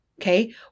Okay